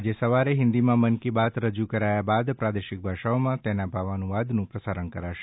આજે સવારે હિન્દીમાં મન કી બાત રજૂ કરાયા બાદ પ્રાદેશિક ભાષાઓમાં તેના ભાવાનુવાદનું પ્રસારણ કરાશે